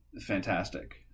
fantastic